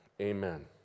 Amen